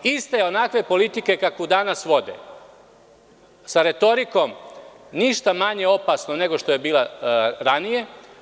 Iste onakve politike kakvu danas vode, sa retorikom ništa manje opasnom nego što je bila ranije.